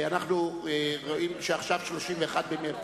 אנחנו רואים שעכשיו 31 במרס.